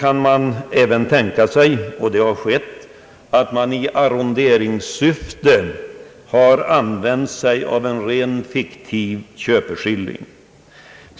Man kan även tänka sig, och det har skett, att man i arronderingssyfte har använt sig av en ren fiktiv köpeskilling.